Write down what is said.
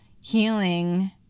healing